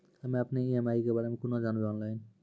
हम्मे अपन ई.एम.आई के बारे मे कूना जानबै, ऑनलाइन?